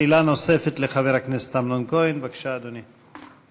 שאלה נוספת לחבר הכנסת אמנון כהן, בבקשה, אדוני.